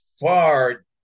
far